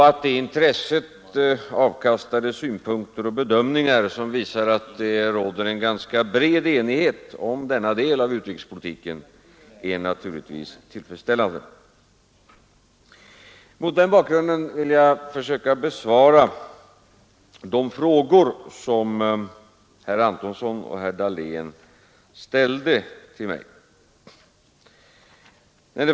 Att det intresset avkastade synpunkter och bedömningar som visar att det råder en ganska bred enighet om denna del av utrikespolitiken är naturligtvis tillfredsställande. Mot den bakgrunden vill jag försöka besvara de frågor som herr Antonsson och herr Dahlén ställde till mig.